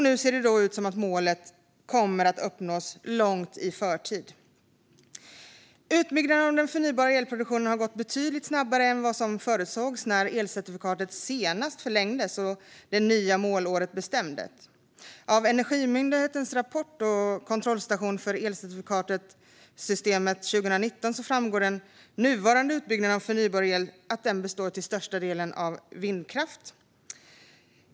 Nu ser det ut som att målet kommer att uppnås långt i förtid. Utbyggnaden av den förnybara elproduktionen har gått betydligt snabbare än vad som förutsågs när elcertifikatssystemet senast förlängdes och det nya målåret bestämdes. Av Energimyndighetens rapport Kontrollsta tion för elcertifikatsystemet 2019 framgår att den nuvarande utbyggnaden av förnybar el till största delen består av vindkraft.